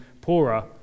poorer